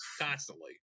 constantly